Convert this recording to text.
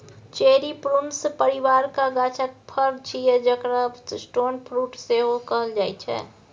cherry prunus परिबारक गाछक फर छियै जकरा स्टोन फ्रुट सेहो कहल जाइ छै